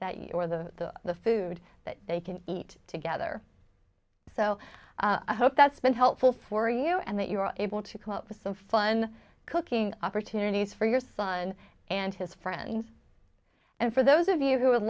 that you or the the food that they can eat together so i hope that's been helpful for you and that you were able to come up with some fun cooking opportunities for your son and his friends and for those of you who would